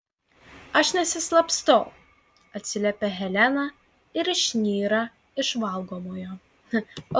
aš nesislapstau atsiliepia helena ir išnyra iš valgomojo